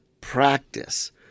practice